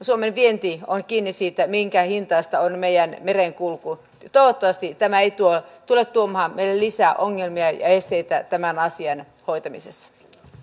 suomen vienti on kiinni siitä minkä hintaista on meidän merenkulkumme toivottavasti tämä ei tule tule tuomaan meille lisää ongelmia ja esteitä tämän asian hoitamisessa